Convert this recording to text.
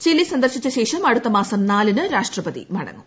Chile സന്ദർശിച്ചു ശേഷം അടുത്ത മാസം നാലിന് രാഷ്ട്രപതി മടങ്ങും